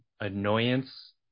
annoyance